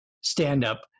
stand-up